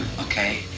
okay